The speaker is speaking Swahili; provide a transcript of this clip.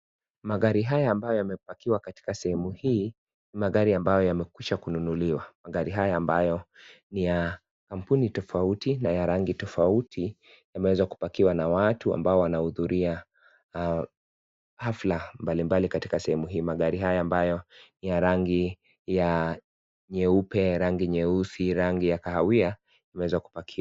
Magari haya ambayo yamepakiwa katika sehemu hii, magari ambacho yamekuja kununuliwa magari haya ambayo ya kampuni tofauti na rangi tofauti yameweza kupakiwa na watu ambao wanahudhuria hafla mbalimbali katika sehemu hii. Magari haya ambayo ya rangi ya nyeupe, ya rangi nyeusi, rangi ya kahawia yameweza kupakiwa.